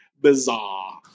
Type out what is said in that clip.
bizarre